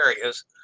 areas